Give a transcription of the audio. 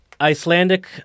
Icelandic